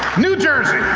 new jersey!